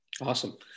Awesome